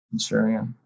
Sure